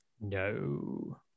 No